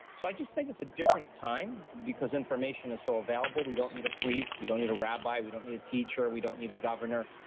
so i just think it's a different time because information is so available. we don't need a priest. we don't need a rabbi. we don't need a teacher. we don't need a governor.